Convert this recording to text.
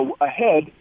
ahead